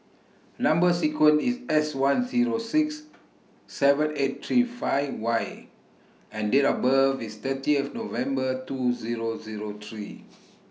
Number sequence IS S one Zero six seven eight three five Y and Date of birth IS thirty of November two Zero Zero three